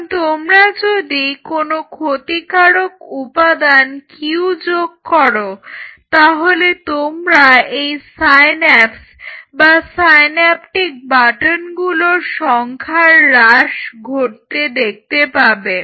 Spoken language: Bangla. এখন তোমরা যদি কোনো ক্ষতিকারক উপাদান Q যোগ করো তাহলে তোমরা এই সাইন্যাপস বা সাইন্যাপটিক বাটনগুলোর সংখ্যার হ্রাস ঘটতে দেখতে পাবে